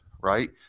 right